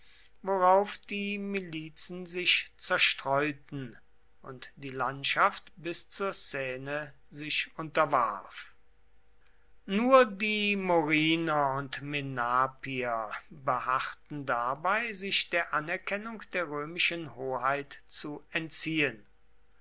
worauf die milizen sich zerstreuten und die landschaft bis zur seine sich unterwarf nur die moriner und menapier beharrten dabei sich der anerkennung der römischen hoheit zu entziehen